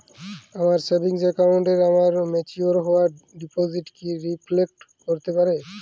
আমার সেভিংস অ্যাকাউন্টে আমার ম্যাচিওর হওয়া ডিপোজিট কি রিফ্লেক্ট করতে পারে?